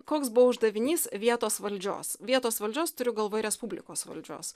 koks buvo uždavinys vietos valdžios vietos valdžios turiu galvoj respublikos valdžios